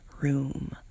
room